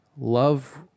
Love